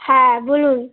হ্যাঁ বলুন